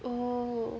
oh